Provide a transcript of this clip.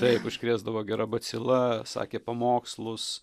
taip užkrėsdavo gera bacila sakė pamokslus